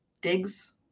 digs